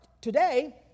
today